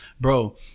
bro